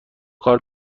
کار